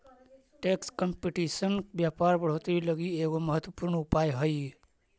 tax competition व्यापार बढ़ोतरी लगी एगो महत्वपूर्ण उपाय हई